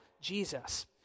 Jesus